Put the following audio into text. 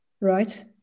Right